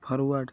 forward